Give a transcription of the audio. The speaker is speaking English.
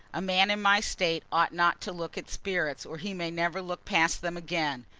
a man in my state ought not to look at spirits, or he may never look past them again.